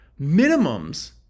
minimums